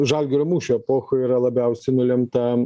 žalgirio mūšio epochoj yra labiausiai nulemta